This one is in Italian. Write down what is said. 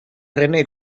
rené